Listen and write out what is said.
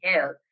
help